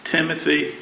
Timothy